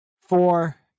four